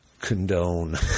condone